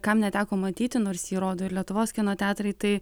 kam neteko matyti nors jį rodo ir lietuvos kino teatrai tai